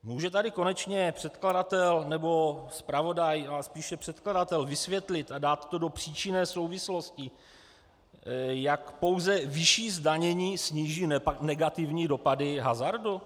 Může tady konečně předkladatel nebo zpravodaj, ale spíše předkladatel vysvětlit a dát to do příčinné souvislosti, jak pouze vyšší zdanění sníží negativní dopady hazardu?